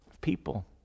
people